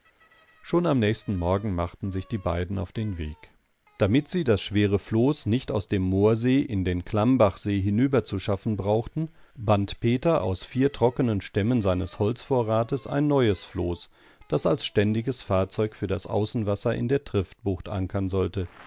schon am nächsten morgen machten sich die beiden auf den weg damit sie das schwere floß nicht aus dem moorsee in den klammbachsee hinüberzuschaffen brauchten band peter aus vier trockenen stämmen seines holzvorrates ein neues floß das als ständiges fahrzeug für das außenwasser in der triftbucht ankern sollte